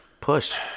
push